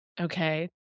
okay